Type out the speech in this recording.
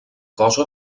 cosa